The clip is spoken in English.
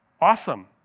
Awesome